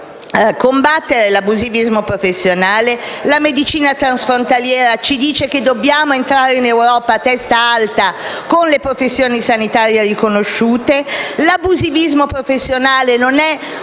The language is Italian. l'abusivismo professionale. La medicina transfrontaliera ci dice che dobbiamo entrare in Europa a testa alta con le professioni sanitarie riconosciute. L'abusivismo professionale non è